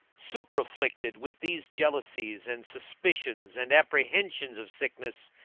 super-afflicted with these jealousies and suspicions and apprehensions of sickness,